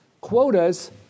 quotas